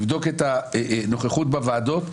תבדוק את הנוכחות בוועדות,